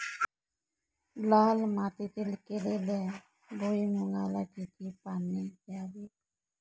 लाल मातीत केलेल्या भुईमूगाला किती पाणी द्यावे?